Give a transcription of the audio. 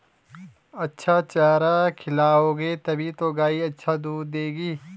अच्छा चारा खिलाओगे तभी तो गाय अच्छा दूध देगी